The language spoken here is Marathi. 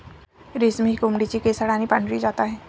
रेशमी ही कोंबडीची केसाळ आणि पांढरी जात आहे